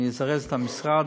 אני אזרז את המשרד,